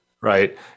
right